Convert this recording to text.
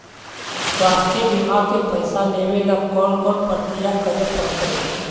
स्वास्थी बिमा के पैसा लेबे ल कोन कोन परकिया करे पड़तै?